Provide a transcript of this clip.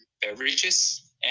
beverages